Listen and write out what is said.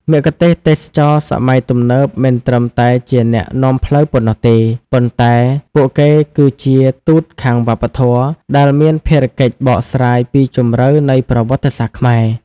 មគ្គុទ្ទេសក៍ទេសចរណ៍សម័យទំនើបមិនត្រឹមតែជាអ្នកនាំផ្លូវប៉ុណ្ណោះទេ ប៉ុន្តែពួកគេគឺជា "ទូតខាងវប្បធម៌" ដែលមានភារកិច្ចបកស្រាយពីជម្រៅនៃប្រវត្តិសាស្ត្រខ្មែរ។